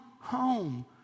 home